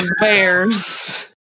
bears